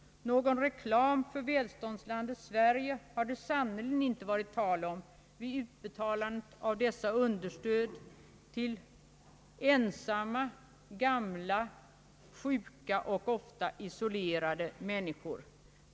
Någon reklam för välståndets Sverige har det sannerligen inte varit tal om vid utbetalandet av dessa understöd till ensamma, gamla, sjuka och ofta isolerade människor.